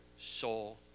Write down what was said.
soul